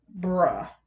Bruh